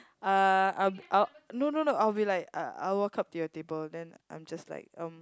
uh I I'll no no no I'll be like uh I'll walk up to your table then I'm just like um